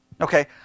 Okay